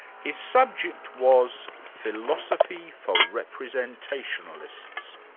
his subject was philosophy for representationalists.